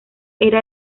era